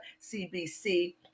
cbc